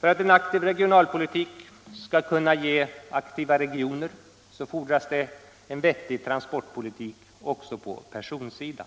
För att en aktiv regionalpolitik skall kunna ge aktiva regioner fordras det en vettig transportpolitik också på personsidan.